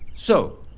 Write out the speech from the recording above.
so,